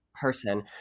person